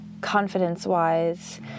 confidence-wise